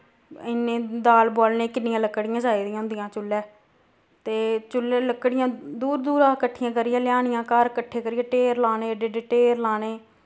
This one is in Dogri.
इन्ने दाल बोआलने किन्नियां लकड़ियां चाहिदियां होंदियां चुल्लै ते चुल्ले लकड़ियां दूर दूरा कट्ठियां करियै लेआनियां घर कट्ठे करियै ढेर लाने एह्डे एह्डे ढेर लाने